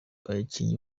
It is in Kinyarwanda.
abakinnyi